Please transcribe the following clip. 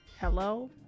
Hello